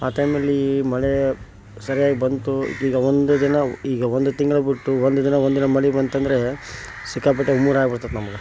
ಆ ಟೈಮಲ್ಲಿ ಮಳೆ ಸರಿಯಾಗಿ ಬಂತು ಈಗ ಒಂದು ದಿನ ಈಗ ಒಂದು ತಿಂಗ್ಳು ಬಿಟ್ಟು ಒಂದು ದಿನ ಒಂದಿನ ಮಳೆ ಬಂತು ಅಂದರೆ ಸಿಕ್ಕಾಪಟ್ಟೆ ನೀರಾಗಿ ಬಿಡ್ತದೆ ನಮ್ಗೆ